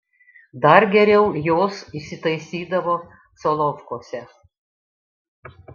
dar geriau jos įsitaisydavo solovkuose